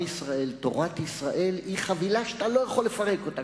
עם ישראל ותורת ישראל היא חבילה שאתה לא יכול לפרק אותה.